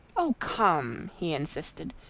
oh, come! he insisted.